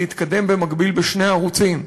אנחנו צריכים להתקדם במקביל בשני ערוצים.